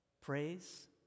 Praise